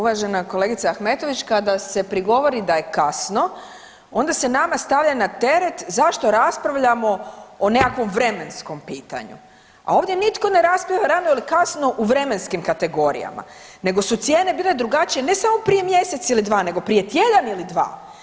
Uvažena kolegice Ahmetović, kada se prigovori da je kasno onda se nama stavlja na teret zašto raspravljamo o nekakvom vremenskom pitanju a ovdje nitko ne raspravlja rano ili kasno u vremenskim kategorijama nego su cijene bile drugačije ne samo prije mjesec ili dva, nego prije tjedan ili dva.